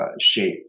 shape